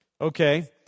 Okay